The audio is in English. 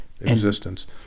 existence